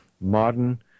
modern